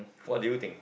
what do you think